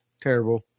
Terrible